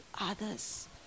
others